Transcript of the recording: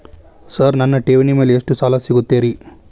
Sir ನನ್ನ ಠೇವಣಿ ಮೇಲೆ ಎಷ್ಟು ಸಾಲ ಸಿಗುತ್ತೆ ರೇ?